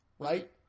Right